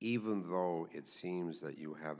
even though it seems that you have